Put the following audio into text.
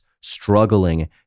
struggling